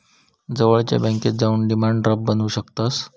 जवळच्या बॅन्केत जाऊन डिमांड ड्राफ्ट बनवू शकतंस